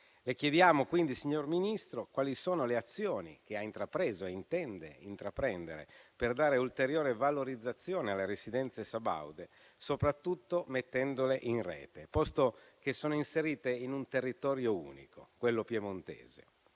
Le chiediamo quindi, signor Ministro, quali sono le azioni che ha intrapreso e intende intraprendere per dare ulteriore valorizzazione alle residenze sabaude, soprattutto mettendole in rete, posto che sono inserite in un territorio unico, quello piemontese,